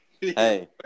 hey